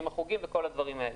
עם החוגים וכל הדברים האלה.